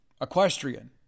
equestrian